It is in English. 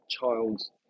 child's